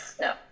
no